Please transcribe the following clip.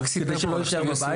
כדי שלא יישאר בבית.